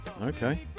okay